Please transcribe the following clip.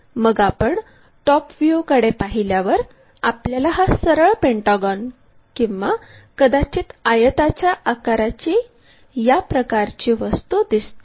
मग आपण टॉप व्ह्यूकडे पाहिल्यावर आपल्याला हा सरळ पेंटागॉन किंवा कदाचित आयताच्या आकाराची या प्रकारची वस्तू दिसते